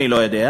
אני לא יודע,